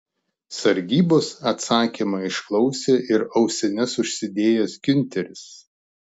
sargybos atsakymą išklausė ir ausines užsidėjęs giunteris